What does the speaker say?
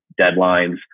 deadlines